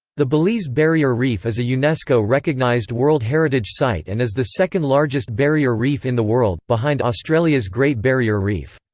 the belize barrier reef is a unesco-recognized unesco-recognized world heritage site and is the second-largest barrier reef in the world, behind australia's great barrier reef.